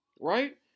Right